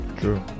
True